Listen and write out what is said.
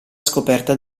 scoperta